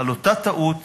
על אותה טעות